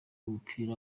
w’umupira